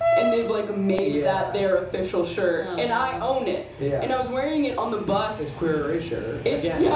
and they've like made that their official shirt, and i own it. yeah and i was wearing it on the bus. it's queer erasure again. yeah